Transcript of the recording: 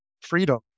freedom